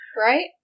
right